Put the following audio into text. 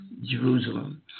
Jerusalem